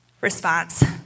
response